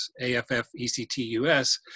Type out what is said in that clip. A-F-F-E-C-T-U-S